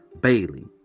Bailey